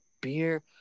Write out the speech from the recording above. Beer